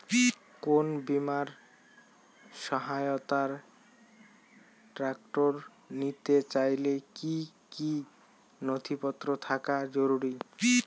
কোন বিমার সহায়তায় ট্রাক্টর নিতে চাইলে কী কী নথিপত্র থাকা জরুরি?